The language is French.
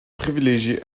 privilégiés